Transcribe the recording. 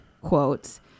quotes